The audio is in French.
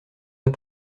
pas